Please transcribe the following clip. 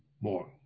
more